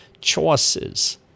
choices